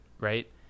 right